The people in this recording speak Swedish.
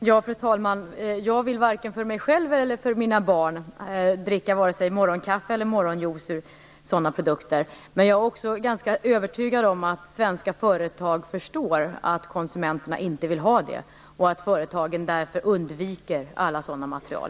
Fru talman! Jag vill varken själv eller att mina barn skall dricka morgonkaffe respektive morgonjuice ur sådana produkter. Men jag är också ganska övertygad om att svenska företag förstår att konsumenterna inte vill ha det och att företagen därför undviker alla sådana material.